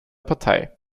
partei